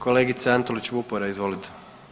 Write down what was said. Kolegica Antolić Vupora, izvolite.